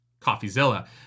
Coffeezilla